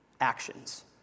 actions